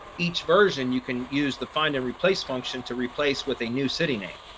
each version, you can use the find and replace function to replace with a new city name.